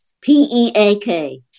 P-E-A-K